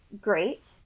great